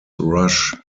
rush